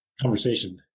conversation